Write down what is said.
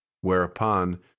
whereupon